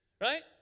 right